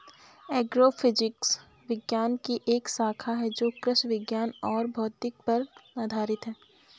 agrophysics विज्ञान की एक शाखा है जो कृषि विज्ञान और भौतिकी पर आधारित है